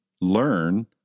learn